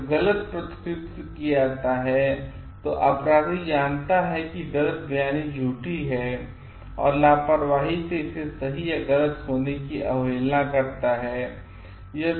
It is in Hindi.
जब गलत प्रतिनिधित्व किया जाता है तो अपराधी जानता है कि गलत बयानी झूठी है और लापरवाही से इसे सही या गलत होने की अवहेलना करता है